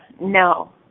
No